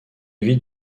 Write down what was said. vie